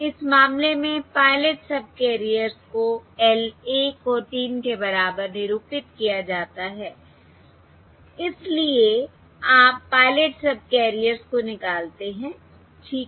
इस मामले में पायलट सबकैरियर्स को L1 और 3 के बराबर निरूपित किया जाता है इसलिए आप पायलट सबकैरियर्स को निकालते हैं ठीक है